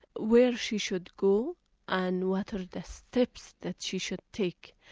where she should go and what are the steps that she should take,